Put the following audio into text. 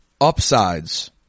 Upsides